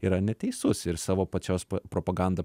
yra neteisus ir savo pačios propaganda